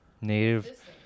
Native